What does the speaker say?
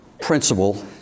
principle